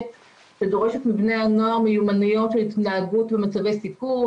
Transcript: שדורשת מבני הנוער מיומנויות להתנהגות במצבי סיכון,